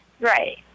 Right